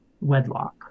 wedlock